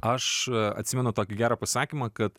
aš atsimenu tokį gerą pasakymą kad